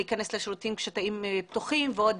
הן צריכות להיכנס לשירותים כשהתאים פתוחים ועוד